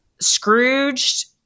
Scrooge